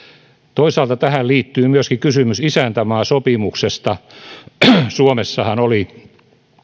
toisaalta tähän liittyy myöskin kysymys isäntämaasopimuksesta myöskin suomessahan oli